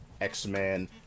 X-Men